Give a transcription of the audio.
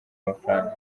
amafaranga